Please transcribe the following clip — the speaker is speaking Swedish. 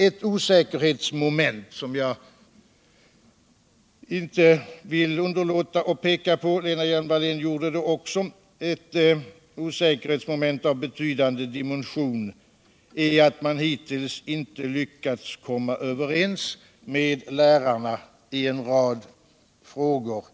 Ett osäkerhetsmoment av betydande dimension som jag inte vill underlåta att peka på — Lena Hjelm-Wallén gjorde det också — är att man hittills inte lyckats komma överens med lärarna i en rad frågor